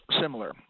similar